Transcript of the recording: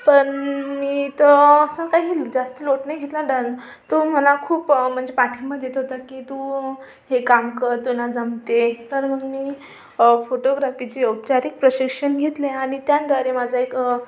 पण मी तो असं काही जास्त लोट नाही घेतला डल तो मला खूप म्हणजे पाठिंबा देत होता की तू हे काम कर तुला जमते तर मग मी फोटोग्राफीचे औपचारिक प्रशिक्षण घेतले आणि त्याद्वारे माझा एक